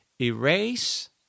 erase